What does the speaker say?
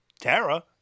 Tara